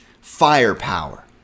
firepower